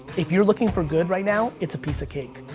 if you're looking for good right now, it's a piece of cake.